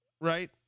right